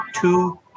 two